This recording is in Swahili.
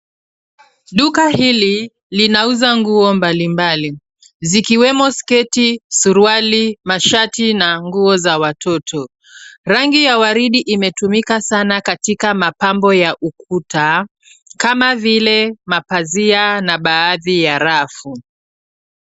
Duka hili linauza nguo mbalimbali, zikiwemo sketi, suruali, mashati na nguo za watoto. Rangi ya waridi imetumika sana katika mapambo ya ukuta, kama ile mapazia na baadhi ya rafu.